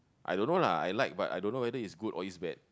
I don't know lah I like but I dunno if its good or its bad